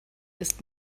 ist